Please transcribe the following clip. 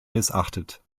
missachtet